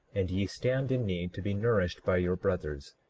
and ye stand in need to be nourished by your brothers.